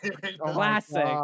Classic